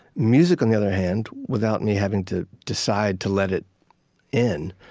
music, on the other hand, without me having to decide to let it in,